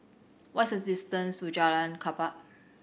what is distance to Jalan Klapa